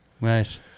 Nice